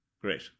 great